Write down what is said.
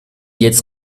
jetzt